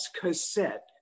cassette